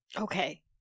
Okay